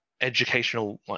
educational